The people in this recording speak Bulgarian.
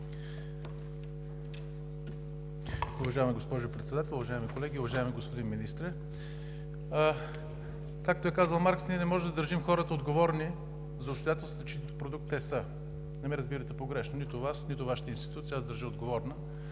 Уважаема госпожо Председател, уважаеми колеги! Уважаеми господин Министър, както е казал Маркс, ние не можем да държим хората отговорни за обстоятелствата, чиито продукт те са. Не ме разбирайте погрешно, нито Вас, нито Вашата институция аз държа отговорни